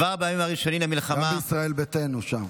גם ישראל ביתנו שם.